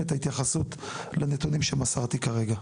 את ההתייחסות לנתונים שמסרתי כרגע.